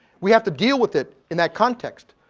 we have to deal with it in that context.